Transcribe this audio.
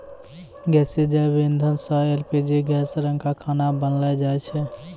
गैसीय जैव इंधन सँ एल.पी.जी गैस रंका खाना बनैलो जाय छै?